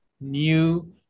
new